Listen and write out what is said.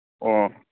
ꯑꯣ